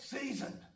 season